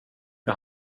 jag